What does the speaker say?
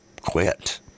quit